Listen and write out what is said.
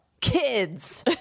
kids